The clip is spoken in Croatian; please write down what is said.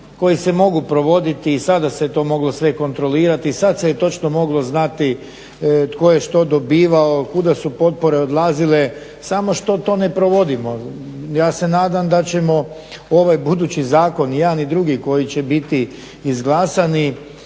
koji se mogu provoditi, i sada se to moglo sve kontrolirati, sad se je točno moglo znati tko je što dobivao, kuda su potpore odlazile samo što to ne provodimo. Ja se nadam da ćemo ovaj budući zakon jedan i drugi koji će biti izglasani